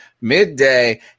midday